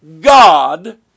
God